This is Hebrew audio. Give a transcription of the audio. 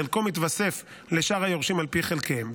חלקו מתווסף לשאר היורשים על פי חלקיהם,